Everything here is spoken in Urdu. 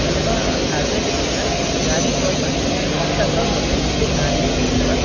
طلبہ اور اساتذہ کے درمیان ذاتی طور پر رابطہ کم ہوتا ہے جس سے تعلیمی تجربہ